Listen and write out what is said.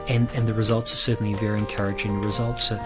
and and the results are certainly very encouraging results, ah